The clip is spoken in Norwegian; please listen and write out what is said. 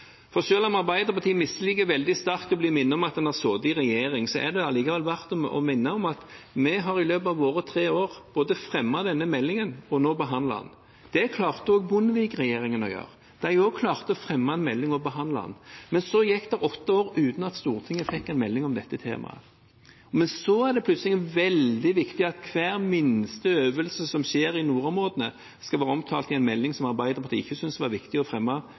For selv om Arbeiderpartiet misliker veldig sterkt å bli minnet om at en har sittet i regjering, er det likevel verdt å minne om at vi i løpet av våre tre år har fremmet denne meldingen, og nå behandles den. Det klarte også Bondevik-regjeringen å gjøre. De klarte også å fremme en melding og behandle den, men så gikk det åtte år uten at Stortinget fikk en melding om dette temaet. Men så er det plutselig veldig viktig at hver minste øvelse som skjer i nordområdene, skal være omtalt i en melding, som Arbeiderpartiet ikke syntes var viktig å fremme